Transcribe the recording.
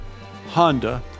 Honda